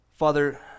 Father